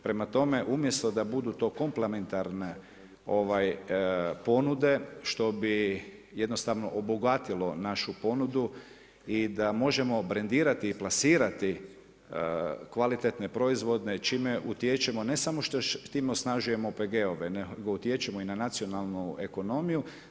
Prema tome, umjesto da budu to komplementarne ponude što bi jednostavno obogatilo našu ponudu i da možemo brendirati i plasirati kvalitetne proizvode čime utječemo, ne samo što time osnažujemo OPG-ove nego utječemo i na nacionalnu ekonomiju.